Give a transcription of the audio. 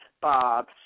Bob